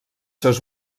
seus